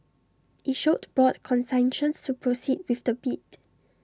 IT showed broad consensus to proceed with the bid